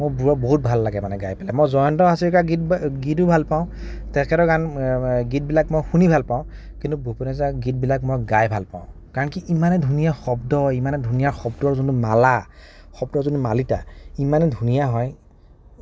মোৰ বহুত ভাল লাগে মানে গাই মই জয়ন্ত হাজৰিকাৰ গীতো ভাল পাওঁ তেখেতৰ গীতবিলাক মই শুনি ভাল পাওঁ কিন্তু ভূপেন হাজৰিকাৰ গীতবিলাক মই গাই ভাল পাওঁ কাৰণ কি ইমানে ধুনীয়া শব্দ ইমানে ধুনীয়া শব্দৰ যোনটো মালা শব্দৰ যিটো মালিতা ইমানে ধুনীয়া হয়